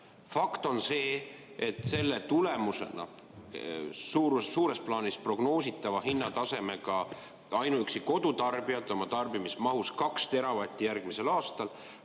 Fakt on see, et selle tulemusena suures plaanis prognoositava hinnatasemega ainuüksi kodutarbijad oma tarbimismahus 2 TW järgmisel aastal